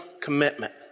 commitment